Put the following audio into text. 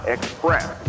Express